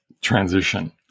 transition